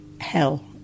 hell